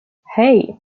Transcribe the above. hey